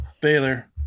Baylor